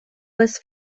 was